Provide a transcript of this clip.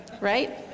right